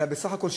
אלא בסך הכול,